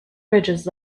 ridges